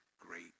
great